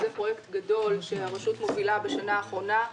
זה פרויקט גדול שהרשות מובילה בשנה האחרונה.